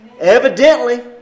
Evidently